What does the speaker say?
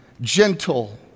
gentle